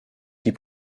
die